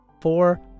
four